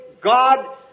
God